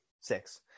Six